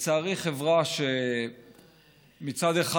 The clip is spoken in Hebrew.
לצערי חברה שמצד אחד